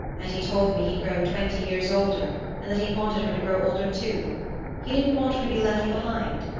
and he told me he'd grown twenty years older and that he wanted her to grow older too he didn't want her to be left behind.